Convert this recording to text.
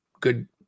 good